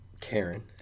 Karen